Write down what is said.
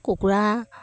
কুকুৰা